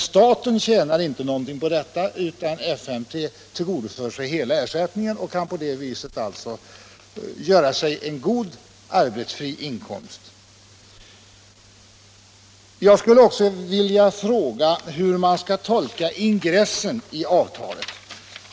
Staten tjänar ingenting på detta, utan FMT tillgodoför sig hela ersättningen, och kan på det viset alltså göra sig en god arbetsfri inkomst. Jag skulle också vilja fråga hur man skall tolka ingressen i avtalet.